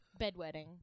Bedwetting